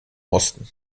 osten